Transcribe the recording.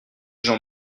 gens